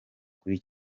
kuri